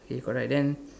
okay correct then